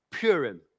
Purim